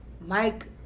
Mike